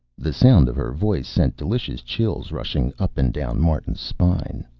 the sound of her voice sent delicious chills rushing up and down martin's spine.